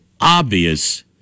obvious